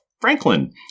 Franklin